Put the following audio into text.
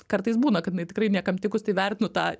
kartais būna kad jinai tikrai niekam tikus tai vertinu tą